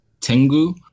tengu